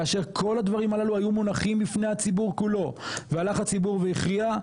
כאשר כל הדברים הללו היו מונחים בפני הציבור כולו והלך הציבור והכריע,